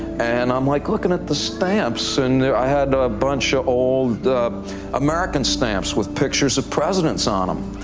and i'm, like, looking at the stamps, and i had a bunch of old american stamps with pictures of presidents on them.